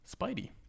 Spidey